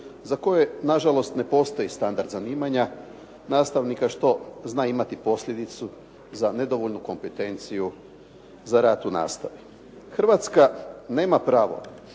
za koje nažalost ne postoji standard zanimanja nastavnika što zna imati posljedicu za nedovoljnu kompetenciju za rad u nastavi. Hrvatska nema pravo